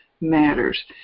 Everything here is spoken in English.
matters